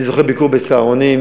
אני זוכר ביקור ב"סהרונים".